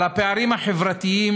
על הפערים החברתיים,